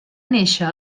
néixer